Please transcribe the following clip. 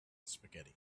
spaghetti